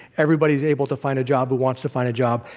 everybody is able to find a job who wants to find a job.